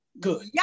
good